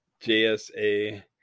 JSA